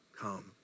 come